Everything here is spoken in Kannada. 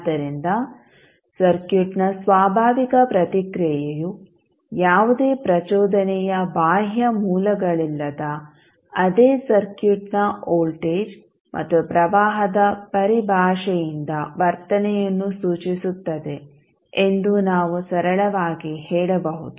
ಆದ್ದರಿಂದ ಸರ್ಕ್ಯೂಟ್ನ ಸ್ವಾಭಾವಿಕ ಪ್ರತಿಕ್ರಿಯೆಯು ಯಾವುದೇ ಪ್ರಚೋದನೆಯ ಬಾಹ್ಯ ಮೂಲಗಳಿಲ್ಲದ ಅದೇ ಸರ್ಕ್ಯೂಟ್ನ ವೋಲ್ಟೇಜ್ ಮತ್ತು ಪ್ರವಾಹದ ಪರಿಭಾಷೆಯಿಂದ ವರ್ತನೆಯನ್ನು ಸೂಚಿಸುತ್ತದೆ ಎಂದು ನಾವು ಸರಳವಾಗಿ ಹೇಳಬಹುದು